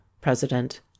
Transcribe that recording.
president